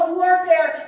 warfare